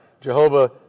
Jehovah